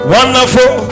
Wonderful